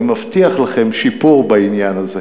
אני מבטיח לכם שיפור בעניין הזה.